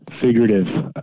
figurative